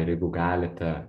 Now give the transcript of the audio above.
ir jeigu galite